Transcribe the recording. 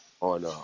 on